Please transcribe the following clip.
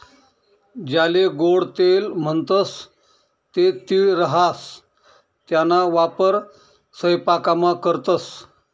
ज्याले गोडं तेल म्हणतंस ते तीळ राहास त्याना वापर सयपाकामा करतंस